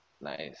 Nice